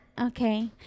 okay